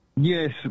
Yes